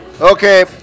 Okay